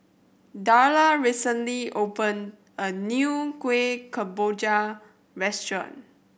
Darla recently opened a new Kueh Kemboja restaurant